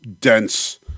dense